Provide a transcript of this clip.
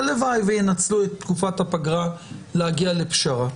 הלוואי וינצלו את תקופת הפגרה להגיע לפשרה.